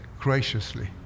graciously